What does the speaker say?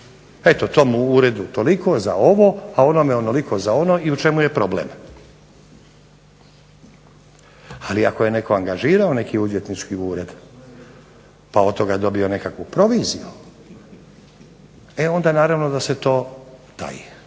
ovome uredu za ovo a onome onoliko za ono i u čemu je problem. Ali ako je netko angažirao neki odvjetnički ured pa od toga dobio nekakvu proviziju, onda naravno da se to taji